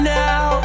now